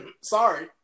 Sorry